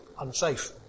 unsafe